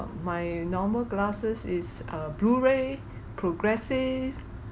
my normal glasses is uh blue ray progressive